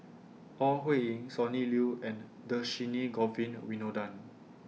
Ore Huiying Sonny Liew and Dhershini Govin Winodan